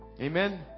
Amen